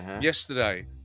yesterday